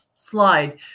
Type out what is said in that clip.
slide